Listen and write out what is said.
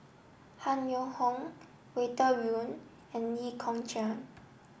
Han Yong Hong Walter Woon and Lee Kong Chian